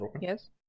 yes